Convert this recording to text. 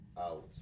out